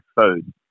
food